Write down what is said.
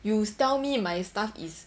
you tell me my stuff is